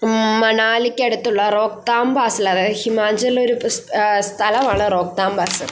മണാലിക്കടുത്തുള്ള റോഹ്താങ്ങ് പാസ്സിൽ അതായത് ഹിമാചലിലെ ഒരു സ്ഥലമാണ് റോഹ്താങ്ങ് പാസ്സ്